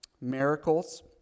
miracles